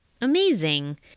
Amazing